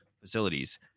facilities